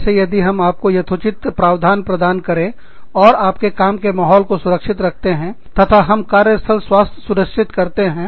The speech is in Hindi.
जैसे यदि हम आपको यथोचित प्रावधान प्रदान करें और आपके काम के माहौल को सुरक्षित रखते हैं तथा हम कार्य स्थल स्वास्थ्य सुनिश्चित करते हैं